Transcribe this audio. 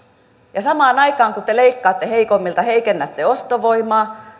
ja samaan aikaan kun te leikkaatte heikommilta heikennätte ostovoimaa